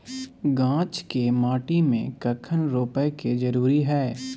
गाछ के माटी में कखन रोपय के जरुरी हय?